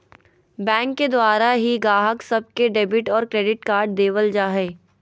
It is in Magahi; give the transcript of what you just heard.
बैंक के द्वारा ही गाहक सब के डेबिट और क्रेडिट कार्ड देवल जा हय